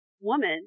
woman